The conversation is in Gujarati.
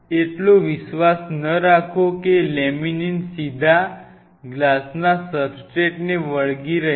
એટલો વિશ્વાસ ન રાખો કે લેમિનીન સીધા ગ્લાસના સબસ્ટ્રેટને વળગી રહેશે